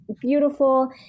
beautiful